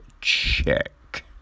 check